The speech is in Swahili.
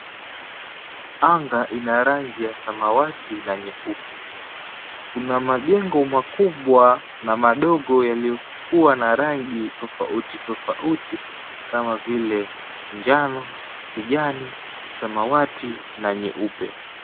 Anga ina rangi ya samawati na nyeupe. Kuna majengo makubwa na madogo yaliyokuwa na rangi tofauti tofauti kama vile njano, kijani, samawati na nyeupe.